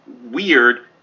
weird